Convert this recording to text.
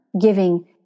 giving